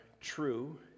true